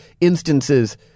instances